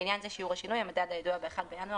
לעניין זה "שיעור השינוי" המדד הידוע ב-1 בינואר